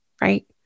right